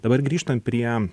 dabar grįžtant prie